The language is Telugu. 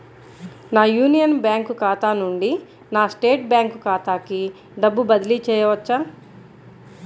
నా యూనియన్ బ్యాంక్ ఖాతా నుండి నా స్టేట్ బ్యాంకు ఖాతాకి డబ్బు బదిలి చేయవచ్చా?